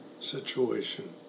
situation